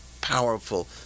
powerful